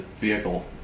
vehicle